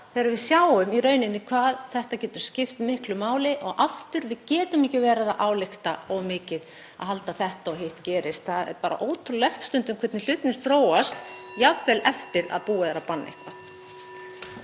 þegar við sjáum í rauninni hvað þetta getur skipt miklu máli. Og aftur: Við getum ekki verið að álykta of mikið og halda að þetta og hitt gerist, það er stundum bara ótrúlegt hvernig hlutirnir þróast, jafnvel eftir að búið er að banna eitthvað.